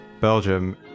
Belgium